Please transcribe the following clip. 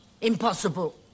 impossible